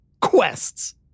Quests